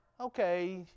okay